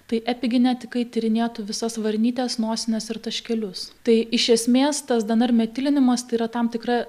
tai epigenetikai tyrinėtų visas varnytes nosines ir taškelius tai iš esmės tas dnr metilinimas tai yra tam tikra